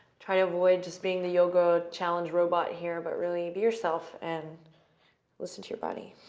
try to avoid just being the yoga challenge robot here, but really be yourself and listen to your body.